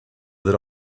that